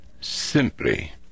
simply